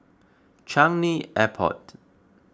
Changi Airport